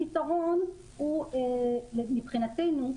הפתרון, מבחינתנו,